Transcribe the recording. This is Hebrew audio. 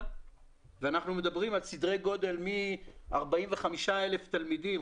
ואנחנו מדברים על סדרי גודל של מ-45,000 תלמידים,